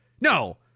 No